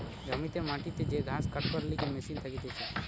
জমিতে মাটিতে যে ঘাস কাটবার লিগে মেশিন থাকতিছে